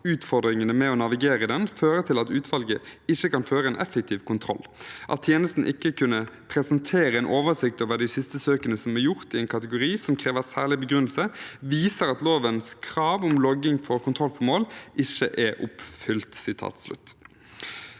utfordringene med å navigere i den, fører til at utvalget ikke kan føre en effektiv kontroll. At tjenesten ikke kunne presentere en oversikt over de siste søkene som er gjort i en kategori som krever særlig begrunnelse, viser at lovens krav om logging for kontrollformål ikke er oppfylt.»